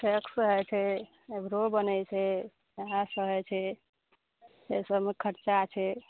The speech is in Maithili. वैक्स होइ छै आइब्रो बनै छै वएहसब होइ छै से सबमे खरचा छै